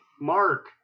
Mark